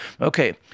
Okay